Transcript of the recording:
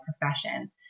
profession